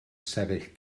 sefyll